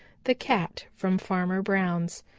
the cat from farmer brown's,